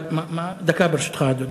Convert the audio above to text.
דקה, ברשותך, אדוני.